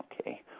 okay